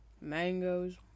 mangoes